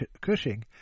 Cushing